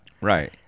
Right